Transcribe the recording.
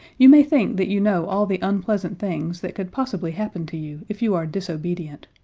you may think that you know all the unpleasant things that could possibly happen to you if you are disobedient,